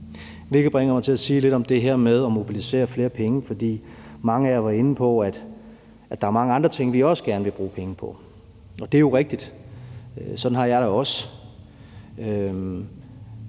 hvilket bringer mig til at sige lidt om det her med at mobilisere flere penge. Mange af jer var inde på, at der er mange andre ting, vi også gerne vil bruge penge på, og det er jo rigtigt. Sådan har jeg det også,